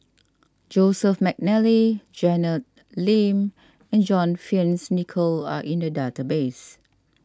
Joseph McNally Janet Lim and John Fearns Nicoll are in the database